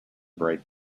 break